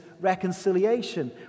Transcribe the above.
reconciliation